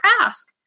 ask